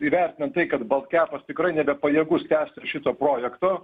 įvertinant tai kad balt kepas tikrai nebepajėgus tęsti šito projekto